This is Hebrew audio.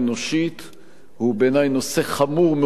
והוא בעיני נושא חמור מאוד ברמה הלאומית,